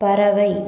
பறவை